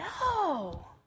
no